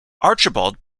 archibald